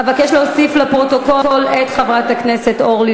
אבקש להוסיף לפרוטוקול את חברת הכנסת אורלי